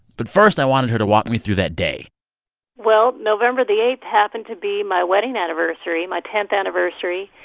but first, i wanted her to walk me through that day well, november the eight happened to be my wedding anniversary, my tenth anniversary.